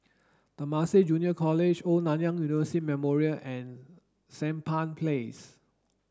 Temasek Junior College Old Nanyang University Memorial and Sampan Place